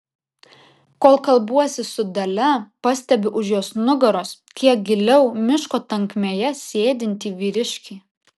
kol kalbuosi su dalia pastebiu už jos nugaros kiek giliau miško tankmėje sėdintį vyriškį